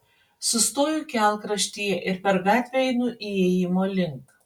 sustoju kelkraštyje ir per gatvę einu įėjimo link